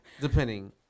depending